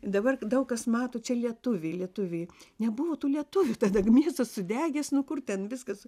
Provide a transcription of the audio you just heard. dabar daug kas mato čia lietuviai lietuviai nebuvo tų lietuvių tada gi miestas sudegęs nu kur ten viskas